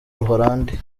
buholandi